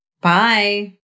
Bye